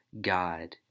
God